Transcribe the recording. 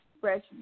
fresh